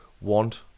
want